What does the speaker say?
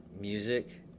music